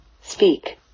Speak